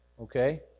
Okay